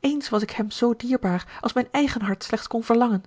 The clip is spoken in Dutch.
eens was ik hem zoo dierbaar als mijn eigen hart slechts kon verlangen